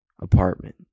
apartment